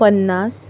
पन्नास